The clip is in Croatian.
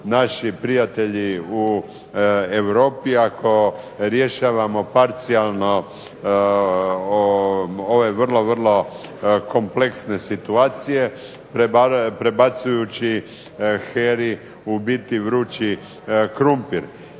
naši prijatelji u Europi ako rješavamo parcijalno ove vrlo, vrlo kompleksne situacije prebacujući HERA-i u biti "vrući krumpir".